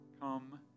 come